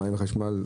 המים והחשמל,